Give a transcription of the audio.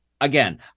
again